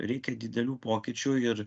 reikia didelių pokyčių ir